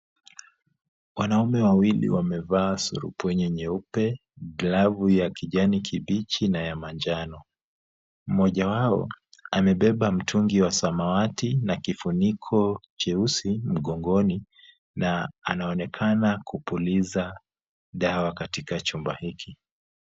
Wanaume wawili wamevaa surupwenye nyeupe glavu ya kijani kibichi na ya manjano. Mmoja wao amebeba mtungi wa samawati na kifuniko cheusi mgongoni na anaonekana kupuliza dawa katika chumba hiki.